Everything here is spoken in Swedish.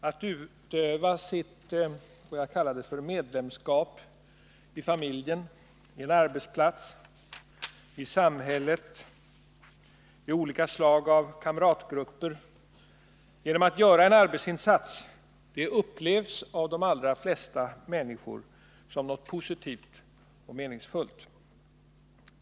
Att utöva, om jag så får säga, sitt medlemskap i familjen, på en arbetsplats, i samhället och i olika slags kamratgrupper genom att göra en arbetsinsats upplevs av de allra flesta människor som någonting positivt och meningsfullt.